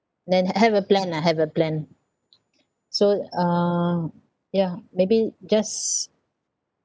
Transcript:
then have a plan lah have a plan so uh yeah maybe just